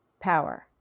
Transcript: power